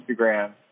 Instagram